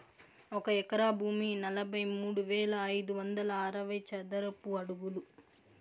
ఒక ఎకరా భూమి నలభై మూడు వేల ఐదు వందల అరవై చదరపు అడుగులు